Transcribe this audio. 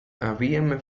habíame